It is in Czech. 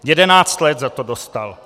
Jedenáct let za to dostal.